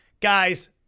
Guys